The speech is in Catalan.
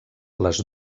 les